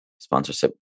sponsorship